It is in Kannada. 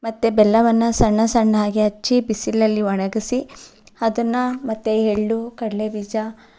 ಮತ್ತು ಬೆಲ್ಲವನ್ನು ಸಣ್ಣ ಸಣ್ಣಗೆ ಹಚ್ಚಿ ಬಿಸಿಲಲ್ಲಿ ಒಣಗಿಸಿ ಅದನ್ನು ಮತ್ತೆ ಎಳ್ಳು ಕಡಲೆ ಬೀಜ